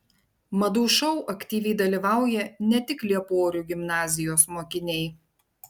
madų šou aktyviai dalyvauja ne tik lieporių gimnazijos mokiniai